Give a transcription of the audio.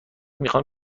میخام